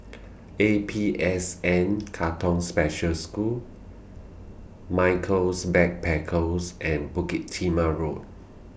A P S N Katong Special School Michaels Backpackers and Bukit Timah Road